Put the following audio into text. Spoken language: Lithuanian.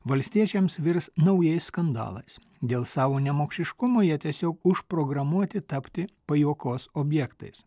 valstiečiams virs naujais skandalais dėl savo nemokšiškumo jie tiesiog užprogramuoti tapti pajuokos objektais